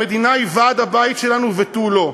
המדינה היא ועד הבית שלנו ותו לא,